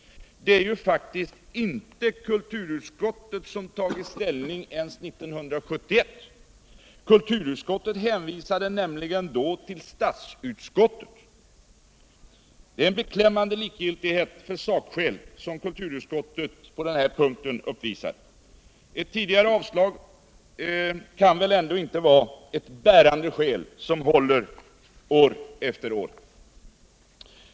Det är ju faktiskt inte kulturutskouet som tagit ställning ens 1971. Kulturutskottet hänvisade nämligen då till statsutskottet, Det är en beklämmande tikgiltighet för sakskäl som kulturutskottet uppvisar på den hir punkten. Ett tidigare avstag kan väländå inte vara ett bärande skäl som håller år efter år?